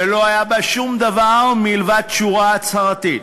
ולא היה בה שום דבר מלבד שורה הצהרתית.